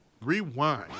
Rewind